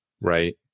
Right